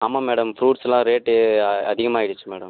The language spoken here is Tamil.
ஆமாம் மேடம் ஃப்ரூட்ஸ்லாம் ரேட்டு அதிகமாயிடுச்சு மேடம்